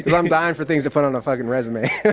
but i'm dying for things to put on a fucking resume,